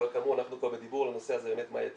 אבל כאמור אנחנו כבר בדיבור על הנושא הזה מה יהיה התהליך.